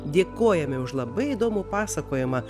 dėkojame už labai įdomų pasakojimą